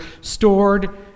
stored